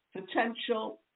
potential